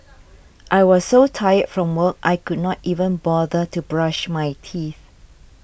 I was so tired from work I could not even bother to brush my teeth